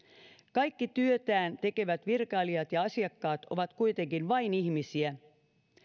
kaikki työtään tekevät virkailijat ja asiakkaat ovat kuitenkin vain ihmisiä